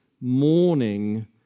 mourning